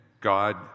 God